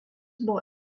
buvo